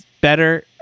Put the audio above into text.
better